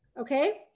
Okay